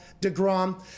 DeGrom